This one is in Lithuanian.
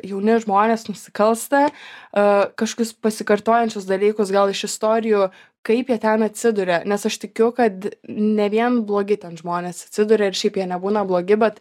jauni žmonės nusikalsta a kažkokius pasikartojančius dalykus gal iš istorijų kaip jie ten atsiduria nes aš tikiu kad ne vien blogi ten žmonės atsiduria ir šiaip jie nebūna blogi bet